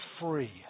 free